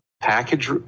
package